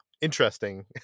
interesting